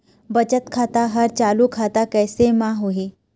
बचत खाता हर चालू खाता कैसे म होही?